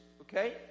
okay